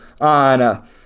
on